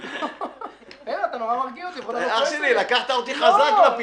סליחה, לקחת אותי חזק לפינה.